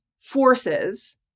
forces